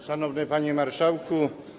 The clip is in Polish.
Szanowny Panie Marszałku!